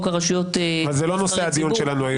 הרשויות --- זה לא נושא הדיון שלנו היום.